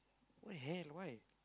what the hell why